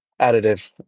additive